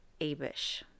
Abish